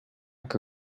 que